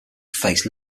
face